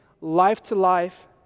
life-to-life